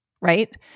right